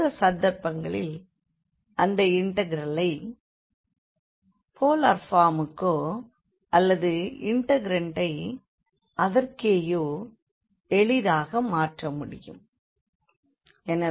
அந்த சந்தர்ப்பங்களில் அந்த இண்டெக்ரலை போலார் பார்முக்கோ அல்லது இண்டெக்ரன்டை அதற்கேயோ எளிதாக மாற்ற முடியும்